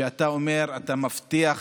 שאתה אומר, אתה מבטיח